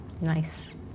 nice